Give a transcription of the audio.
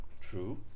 true